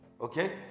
Okay